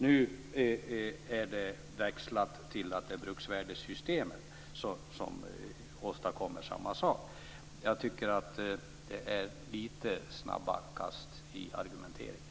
Nu har det växlat till att det är bruksvärdessystemet som åstadkommer samma sak. Det är lite snabba kast i argumenteringen.